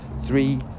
three